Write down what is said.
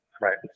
right